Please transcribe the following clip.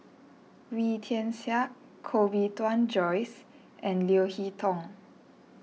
Wee Tian Siak Koh Bee Tuan Joyce and Leo Hee Tong